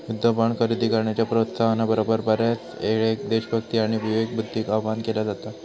युद्ध बॉण्ड खरेदी करण्याच्या प्रोत्साहना बरोबर, बऱ्याचयेळेक देशभक्ती आणि विवेकबुद्धीक आवाहन केला जाता